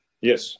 Yes